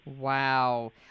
wow